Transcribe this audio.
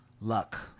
Luck